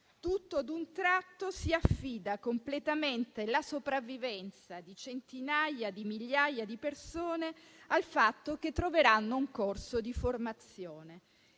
tutto ad un tratto si affida completamente la sopravvivenza di centinaia di migliaia di persone al fatto che troveranno un corso di formazione